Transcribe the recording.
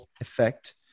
effect